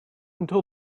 until